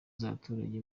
z’abaturage